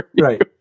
right